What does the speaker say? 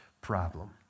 problem